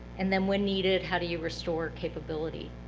and then, when needed, how do you restore capability?